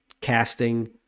casting